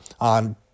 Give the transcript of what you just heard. on